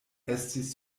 estis